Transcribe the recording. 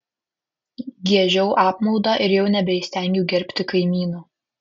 giežiau apmaudą ir jau nebeįstengiau gerbti kaimyno